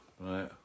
right